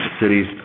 cities